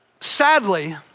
sadly